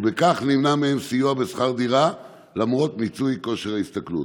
ובכך מונע מהם סיוע בשכר דירה למרות מיצוי כושר ההשתכרות.